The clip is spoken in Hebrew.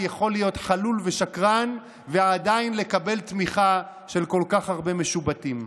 יכול להיות חלול ושקרן ועדיין לקבל תמיכה של כל כך הרבה משובטים.